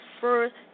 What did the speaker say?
first